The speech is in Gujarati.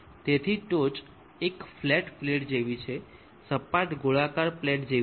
તેથી ટોચ એક ફ્લેટ પ્લેટ જેવી છે સપાટ ગોળાકાર પ્લેટ જેવી છે